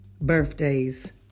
birthdays